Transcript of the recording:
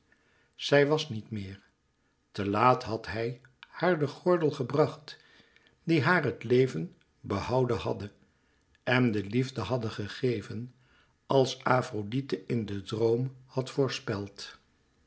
zij was niet meer te laat had hij haar den gordel gebracht die haar het leven behouden hadde en de liefde hadde gegeven als afrodite in den droom had voorspeld